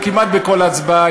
כמעט בכל הצבעה,